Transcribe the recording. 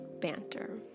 banter